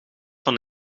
van